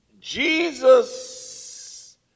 Jesus